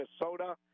Minnesota